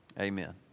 Amen